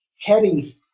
heady